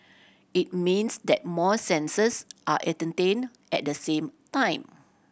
it means that more senses are entertained at the same time